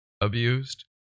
abused